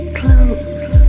close